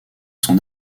son